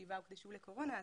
57 הוקדשו לקורונה,